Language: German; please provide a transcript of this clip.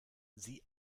sie